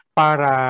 para